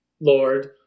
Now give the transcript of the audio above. Lord